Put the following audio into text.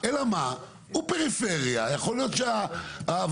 אלא אם כן התייחסות או חוות דעת מעת היועצת